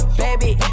baby